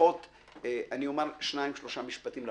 אני אומר שניים-שלושה משפטים לפתיח,